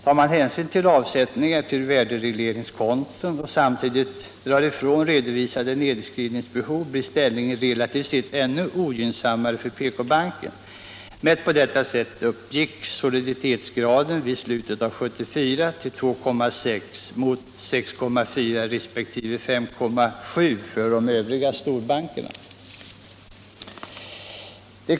Tar man hänsyn till avsättningar till värderegleringskonton och samtidigt drar ifrån redovisade nedskrivningsbehov, blir ställningen relativt ännu ogynnsammare för PK-banken. Mätt på detta sätt uppgick soliditetsgraden vid slutet av 1974 till 2,6 mot 6,4 resp. 5,7 för de båda övriga storbankerna.